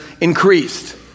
increased